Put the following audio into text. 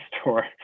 store